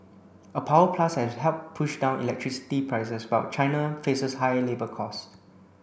a power plus has helped push down electricity prices while China faces high labour cost